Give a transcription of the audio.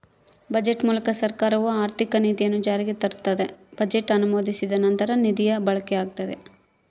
budget ಮೂಲಕ ಸರ್ಕಾರವು ಆರ್ಥಿಕ ನೀತಿಯನ್ನು ಜಾರಿಗೆ ತರ್ತದ ಬಜೆಟ್ ಅನುಮೋದಿಸಿದ ನಂತರ ನಿಧಿಯ ಬಳಕೆಯಾಗ್ತದ